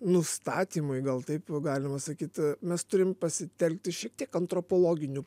nustatymui gal taip galima sakyt mes turim pasitelkti šiek tiek antropologinių